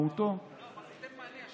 משמעותו, לא, אבל זה ייתן מענה.